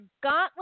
Gauntlet